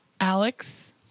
Alex